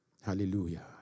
Hallelujah